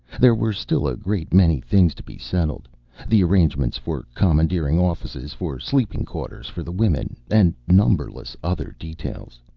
there were still a great many things to be settled the arrangements for commandeering offices for sleeping quarters for the women, and numberless other details.